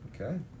Okay